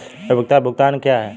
उपयोगिता भुगतान क्या हैं?